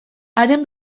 haren